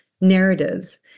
narratives